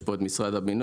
יש פה את משרד הבינוי.